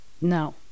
No